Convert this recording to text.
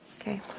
Okay